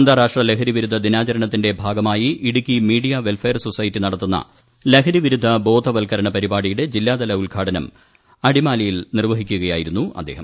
അന്താരാഷ്ട്ര ലഹരിവിരുദ്ധദിനാചരണത്തിന്റെ ഭാഗമായി ഇടുക്കി മീഡിയാ വെൽഫെയർ സൊസൈറ്റി നടത്തുന്ന ലഹരിവിരുദ്ധ ബോധവൽക്കരണ പരിപാടിയുടെ ജില്ലാതല ഉദ്ഘാടനം അടിമായിൽ നിർവഹിക്കുകയായിരുന്നു അദ്ദേഹം